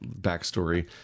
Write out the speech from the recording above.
backstory